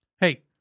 Hey